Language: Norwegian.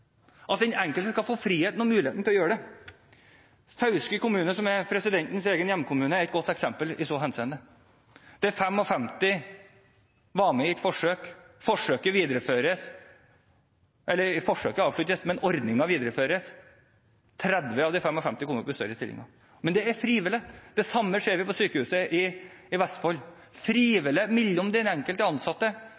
at den enkelte skal få friheten og muligheten til å gjøre det. Fauske kommune, som er presidentens egen hjemkommune, er et godt eksempel i så henseende. Der var 55 med i et forsøk. Forsøket avsluttes, men ordningen videreføres. 30 av de 55 kom opp i større stillinger. Men det er frivillig. Det samme ser vi ved Sykehuset i Vestfold – frivillig avtale mellom den enkelte ansatte